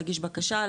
להגיש בקשה,